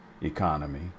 economy